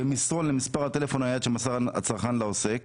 "במסרון למספר הטלפון הנייד שמסר הצרכן לעוסק,